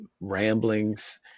ramblings